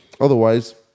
otherwise